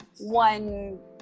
one